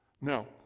Now